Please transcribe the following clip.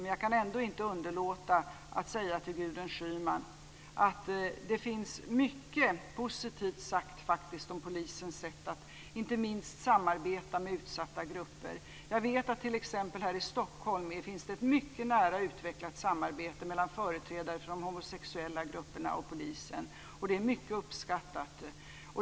Men jag kan ändå inte underlåta att säga till Gudrun Schyman att det finns mycket positivt sagt om polisens sätt att inte minst samarbeta med utsatta grupper. Jag vet att det t.ex. här i Stockholm finns ett mycket nära utvecklat samarbete mellan företrädare för de homosexuella grupperna och polisen. Det är mycket uppskattat.